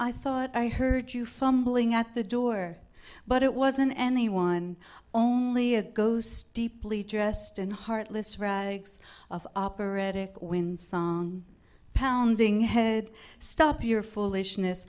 i thought i heard you fumbling at the door but it wasn't anyone only it goes deeply dressed in heartless rags of operating when song pounding head stop your foolishness